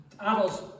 adults